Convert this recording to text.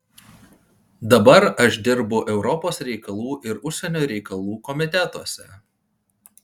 dabar aš dirbu europos reikalų ir užsienio reikalų komitetuose